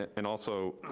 and also,